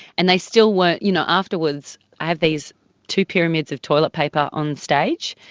and they still weren't, you know afterwards i have these two pyramids of toilet paper on stage,